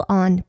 on